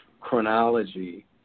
chronology